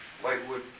Whitewood